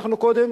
אנחנו קודם